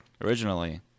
originally